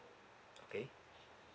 okay